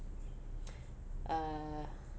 uh